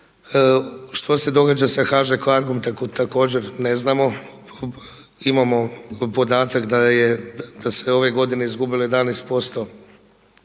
Što se događa HŽ Cargom, također ne znamo, imamo podatak da se ove godine izgubilo 11%